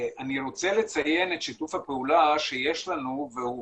אני רוצה לציין את שיתוף הפעולה שיש לנו והוא